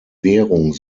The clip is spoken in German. währung